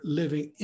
living